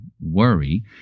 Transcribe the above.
worry